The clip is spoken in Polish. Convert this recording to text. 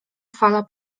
fala